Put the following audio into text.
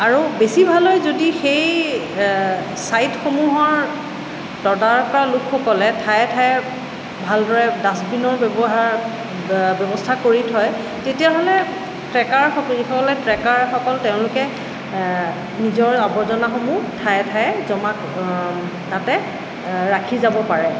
আৰু বেছি ভাল হয় যদি সেই ছাইটসমূহৰ তদাৰক কৰা লোকসকলে ঠায়ে ঠায়ে ভালদৰে ডাষ্টবিনৰ ব্যৱহাৰ ব্যৱস্থা কৰি থয় তেতিয়াহ'লে ট্ৰেকাৰসকলে যিসকল ট্ৰেকাৰসকল তেওঁলোকে নিজৰ আৱৰ্জনাসমূহ ঠায়ে ঠায়ে জমা তাতে ৰাখি যাব পাৰে